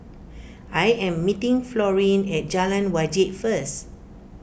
I am meeting Florene at Jalan Wajek first